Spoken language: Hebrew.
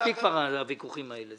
מספיק כבר עם הוויכוחים האלה.